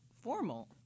Formal